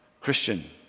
Christian